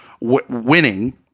winning